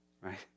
Right